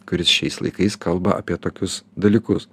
kuris šiais laikais kalba apie tokius dalykus